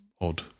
odd